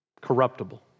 corruptible